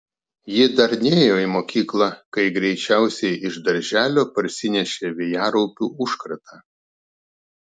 ji dar nėjo į mokyklą kai greičiausiai iš darželio parsinešė vėjaraupių užkratą